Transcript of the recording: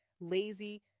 lazy